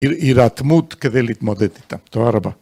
הירתמות כדי להתמודד איתה, תודה רבה.